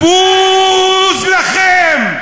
ב-ו-ו-ו-ו-ז לכם,